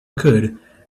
could